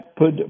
put